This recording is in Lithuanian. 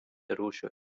rūšių